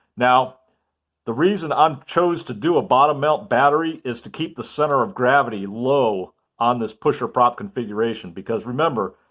now the reason i chose to do a bottom mount battery is to keep the center of gravity low on this pusher prop configuration. because remember,